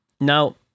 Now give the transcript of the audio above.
Now